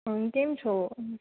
હં કેમ છો